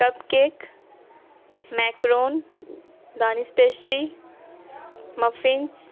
cup cake macaron Danish pastry muffins